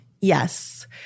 yes